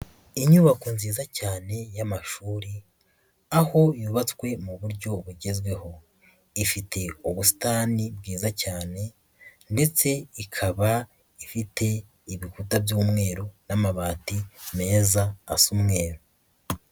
Inyubako nziza cyane y'amashuri aho yubatswe mu buryo bugezweho, ifite ubusitani bwiza cyane ndetse ikaba ifite ibikuta by'umweru n'amabati meza asa umweru.